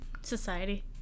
Society